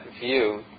view